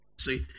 See